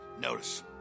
notice